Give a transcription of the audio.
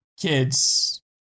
kids